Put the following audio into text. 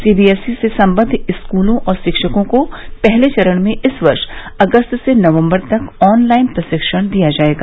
CBSE से संबंद्व स्कूलों और शिक्षकों को पहले चरण में इस वर्ष अगस्त से नवम्बर तक ऑनलाइन प्रशिक्षण दिया जाएगा